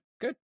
good